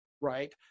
Right